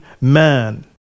man